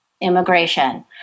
immigration